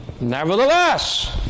Nevertheless